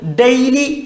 daily